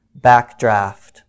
backdraft